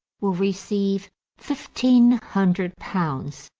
will receive fifteen hundred pounds,